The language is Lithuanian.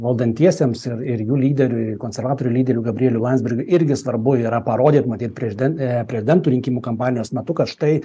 valdantiesiems ir ir jų lyderiui konservatorių lyderiui gabrieliu landsbergiu irgi svarbu yra parodyt matyt preziden prezidentų rinkimų kampanijos metu kad štai